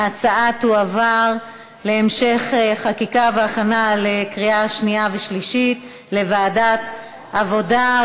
ההצעה תועבר להמשך חקיקה והכנה לקריאה שנייה ושלישית לוועדת העבודה,